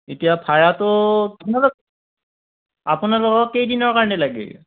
এতিয়া ভাড়াটো আপোনালোকক কেইদিনৰ কাৰণে লাগে